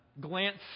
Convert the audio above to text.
glance